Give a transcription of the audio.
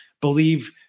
believe